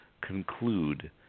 conclude